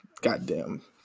goddamn